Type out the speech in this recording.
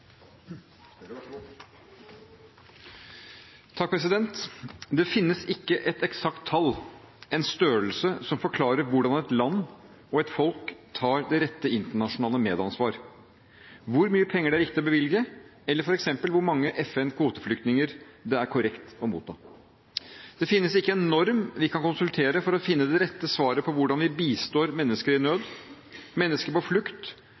Det finnes ikke et eksakt tall – en størrelse – som forklarer hvordan et land og et folk tar det rette internasjonale medansvar, hvor mye penger det er riktig å bevilge, eller f.eks. hvor mange av FNs kvoteflyktninger det er korrekt å motta. Det finnes ikke en norm vi kan konsultere for å finne det rette svaret på hvordan vi bistår mennesker i nød, mennesker på flukt,